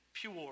pure